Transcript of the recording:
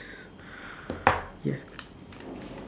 ya